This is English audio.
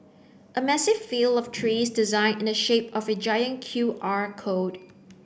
a massive field of trees designed in the shape of a giant Q R code